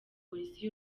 polisi